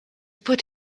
put